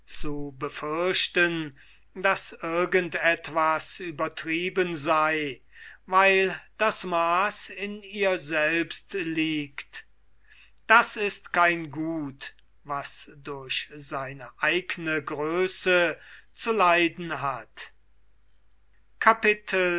zu befürchten daß irgend etwas übertrieben sei weil das maß in ihr selbst liegt das ist kein gut was durch seine eigne größe zu leiden hat